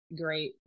great